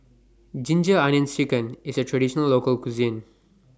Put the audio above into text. Ginger Onions Chicken IS A Traditional Local Cuisine